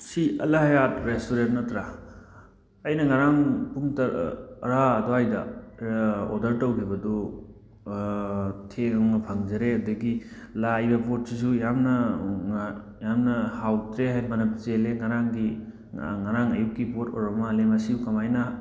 ꯁꯤ ꯑꯜ ꯍꯌꯥꯠ ꯔꯦꯁꯇꯨꯔꯦꯟ ꯅꯠꯇ꯭ꯔꯥ ꯑꯩꯅ ꯉꯔꯥꯡ ꯄꯨꯡ ꯇꯔꯥ ꯑꯗ꯭ꯋꯥꯏꯗ ꯑꯣꯔꯗꯔ ꯇꯧꯈꯤꯕꯗꯨ ꯊꯦꯡꯅ ꯐꯪꯖꯔꯦ ꯑꯗꯒꯤ ꯂꯥꯛꯏꯕ ꯄꯣꯠꯁꯤꯁꯨ ꯌꯥꯝꯅ ꯌꯥꯝꯅ ꯍꯥꯎꯇ꯭ꯔꯦ ꯍꯥꯏꯗꯤ ꯃꯅꯝ ꯆꯦꯜꯂꯦ ꯉꯔꯥꯡꯒꯤ ꯉꯔꯥꯡ ꯑꯌꯨꯛꯀꯤ ꯄꯣꯠ ꯑꯣꯏꯔꯕ ꯃꯥꯜꯂꯦ ꯃꯁꯤꯕꯨ ꯀꯃꯥꯏꯅ